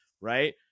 right